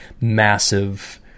massive